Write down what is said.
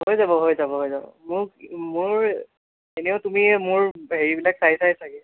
হৈ যাব হৈ যাব হৈ যাব মোক মোৰ এনেও তুমি মোৰ হেৰিবিলাক চাইছাই চাগে